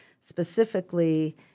specifically